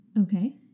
Okay